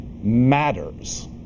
matters